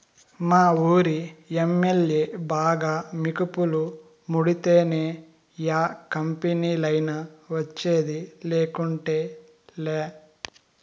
మావూరి MLA బాగా మికుపులు ముడితేనే యా కంపెనీలైనా వచ్చేది, లేకుంటేలా